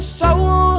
soul